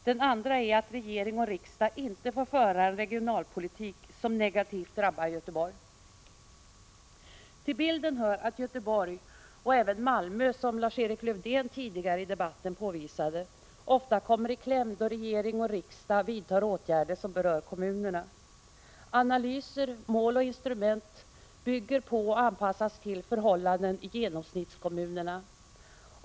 Det andra är att regering och riksdag inte får föra en regionalpolitik som negativt drabbar Göteborg. Till bilden hör att Göteborg — och även Malmö som Lars-Erik Lövdén påvisat tidigare under debatten — ofta kommer i kläm då regering och riksdag vidtar åtgärder som berör kommunerna. Analyser, mål och instrument bygger på och anpassas till förhållandena i genomsnittskommunerna.